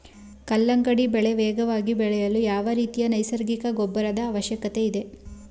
ಕಲ್ಲಂಗಡಿ ಬೆಳೆ ವೇಗವಾಗಿ ಬೆಳೆಯಲು ಯಾವ ರೀತಿಯ ನೈಸರ್ಗಿಕ ಗೊಬ್ಬರದ ಅವಶ್ಯಕತೆ ಇದೆ?